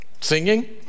Singing